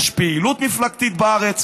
יש פעילות מפלגתית בארץ,